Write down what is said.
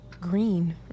green